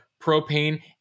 propane